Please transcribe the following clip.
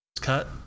cut